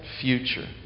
future